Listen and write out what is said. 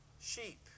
sheep